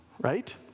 right